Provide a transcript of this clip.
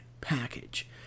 package